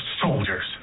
soldiers